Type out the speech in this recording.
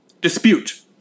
dispute